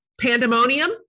pandemonium